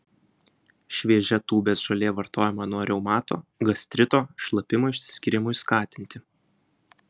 šviežia tūbės žolė vartojama nuo reumato gastrito šlapimo išsiskyrimui skatinti